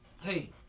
hey